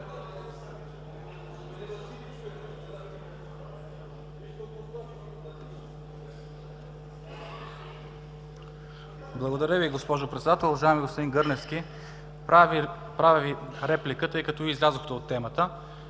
Благодаря Ви, госпожо Председател! Уважаеми господин Гърневски, правя Ви реплика, тъй като Вие излязохте от темата